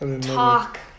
Talk